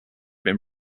been